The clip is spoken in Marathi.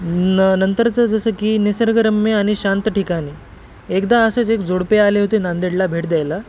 न नंतरचं जसं की निसर्गरम्य आणि शांत ठिकाणी एकदा असेच एक जोडपे आले होते नांदेडला भेट द्यायला